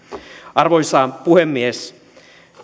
arvoisa puhemies